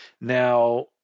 Now